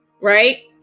right